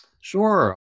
Sure